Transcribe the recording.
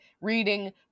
reading